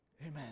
Amen